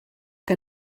que